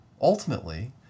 ultimately